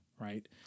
Right